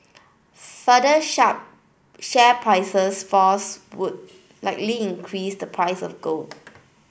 further share prices falls would likely increase the price of gold